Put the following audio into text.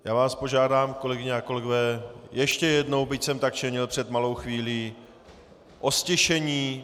Já vás požádám, kolegyně a kolegové, ještě jednou, byť jsem tak činil před malou chvílí, o ztišení.